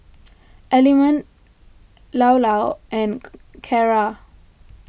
Element Llao Llao and Kara